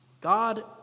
God